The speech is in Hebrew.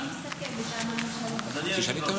תשאלי את הממשלה.